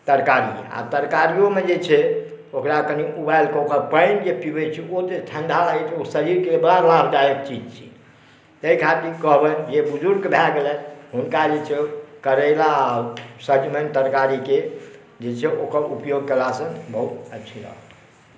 तरकारी आ तरकारियोमे जे छै ओकरा कने उबालि कए ओकर पानि जे पिबै छी ओ जे ठण्डा लागै छै ओ शरीर के लेल बड़ा लाभदायक चीज छै ताहि खातिर कहबनि जे बुजुर्ग भए गेलथि हुनका जे छै करैला आ सजमनि तरकारीके जे छै ओकर उपयोग केलासॅं बहुत अच्छे रहत